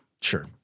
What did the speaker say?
Sure